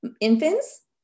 infants